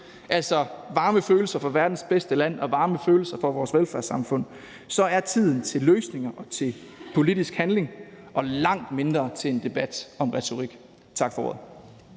altså varme følelser for verdens bedste land og varme følelser for vores velfærdssamfund, så er tiden til løsninger og til politisk handling og langt mindre til en debat om retorik. Tak for ordet.